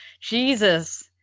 Jesus